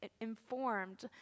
informed